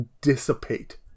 dissipate